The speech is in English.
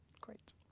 Great